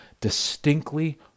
distinctly